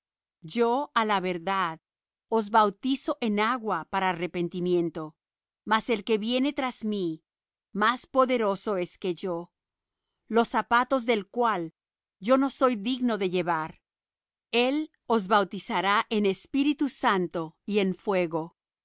yo á la verdad os bautizo en agua para arrepentimiento mas el que viene tras mí más poderoso es que yo los zapatos del cual yo no soy digno de llevar él os bautizará en espíritu santo y en fuego